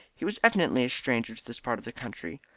he was evidently a stranger to this part of the country.